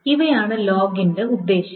ഇവയാണ് ലോഗിന്റെ ഉദ്ദേശ്യം